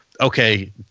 okay